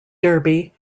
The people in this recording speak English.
derby